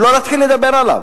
ולהתחיל לדבר עליו,